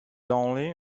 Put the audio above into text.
only